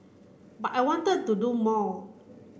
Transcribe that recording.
but I wanted to do more